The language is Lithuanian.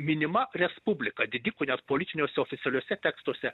minima respublika didikų net politiniuose oficialiuose tekstuose